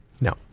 No